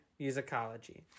musicology